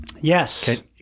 Yes